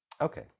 okay